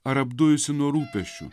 ar apdujusi nuo rūpesčių